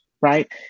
right